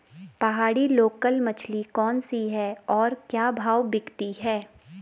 पहाड़ी लोकल मछली कौन सी है और क्या भाव बिकती है?